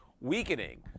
weakening